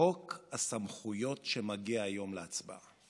וחוק הסמכויות, שמגיע היום להצבעה.